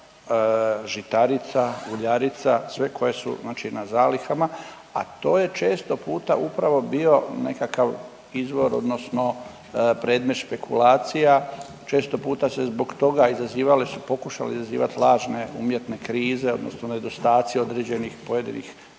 žitarica, uljarica sve koje su na zalihama, a to je često puta upravo bio nekakav izvor odnosno predmet špekulacija, često puta se zbog toga izazivale su pokušale izazivat lažne umjetne krize odnosno nedostaci određenih pojedinih